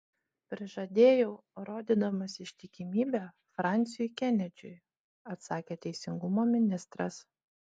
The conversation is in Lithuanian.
prižadėjau rodydamas ištikimybę fransiui kenedžiui atsakė teisingumo ministras